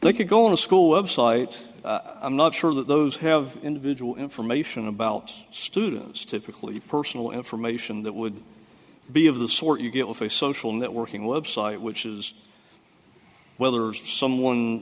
they could go on a school website i'm not sure that those have individual information about students typically personal information that would be of the sort you get with a social networking website which is whether someone